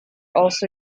also